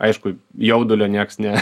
aišku jaudulio nieks ne